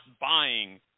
buying